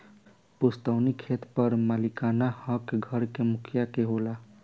पुस्तैनी खेत पर मालिकाना हक घर के मुखिया के होला